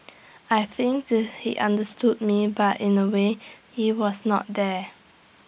I think he understood me but in A way he was not there